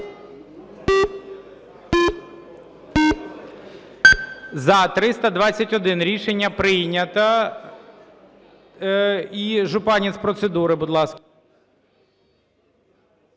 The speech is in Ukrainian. За-321 Рішення прийнято. І Жупанин з процедури, будь ласка.